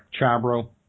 Chabro